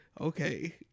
okay